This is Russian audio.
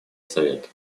совета